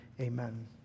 Amen